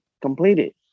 completed